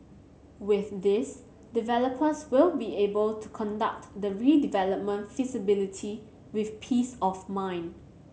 with this developers will be able to conduct the redevelopment feasibility with peace of mind